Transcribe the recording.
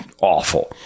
awful